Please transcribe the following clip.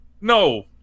No